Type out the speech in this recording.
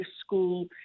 school